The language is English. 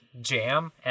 jam